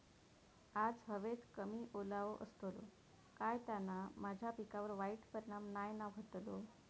आज हवेत कमी ओलावो असतलो काय त्याना माझ्या पिकावर वाईट परिणाम नाय ना व्हतलो?